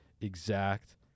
exact